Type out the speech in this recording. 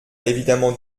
évidemment